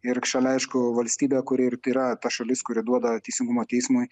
ir šalia aišku valstybė kuri ir tai yra ta šalis kuri duoda teisingumo teismui